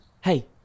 Hey